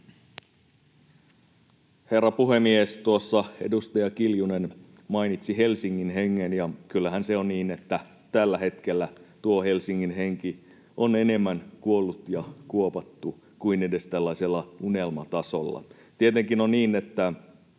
Herra puhemies! Tuossa edustaja Kiljunen mainitsi Helsingin hengen, ja kyllähän se on niin, että tällä hetkellä tuo Helsingin henki on enemmän kuollut ja kuopattu kuin edes tällaisella unelman tasolla. Tietenkin on niin, kuten